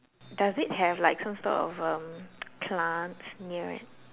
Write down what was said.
does it have like some sort of um plants near it